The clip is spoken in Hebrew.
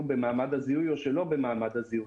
במעמד הזיהוי או שלא במעמד הזיהוי,